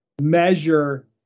measure